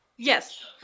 Yes